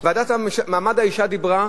הוועדה למעמד האשה דיברה,